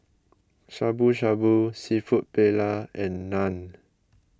Shabu Shabu Seafood Paella and Naan